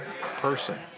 person